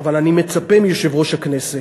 אבל אני מצפה מיושב-ראש הכנסת,